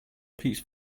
piece